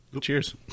Cheers